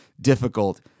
difficult